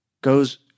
goes